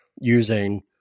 using